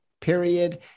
period